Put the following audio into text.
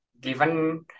given